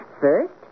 First